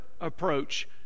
approach